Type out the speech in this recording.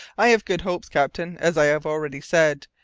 i have good hopes, captain, as i have already said.